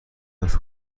است